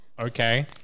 Okay